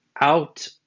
out